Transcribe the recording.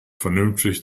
vernünftig